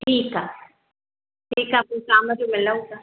ठीकु आहे ठीक आहे पो शाम जो मिलूं था